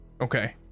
Okay